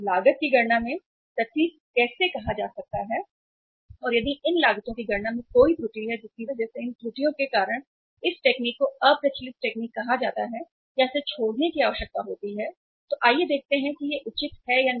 लागत की गणना में सटीक कैसे कहा जा सकता है और यदि इन लागतों की गणना में कोई त्रुटि है जिसकी वजह से इन त्रुटियों के कारण इस तकनीक को अप्रचलित तकनीक कहा जाता है या इसे छोड़ने की आवश्यकता होती है तो आइए देखते हैं कि यह उचित है या नहीं नहीं